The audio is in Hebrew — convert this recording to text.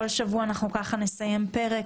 כל שבוע נסיים פרק,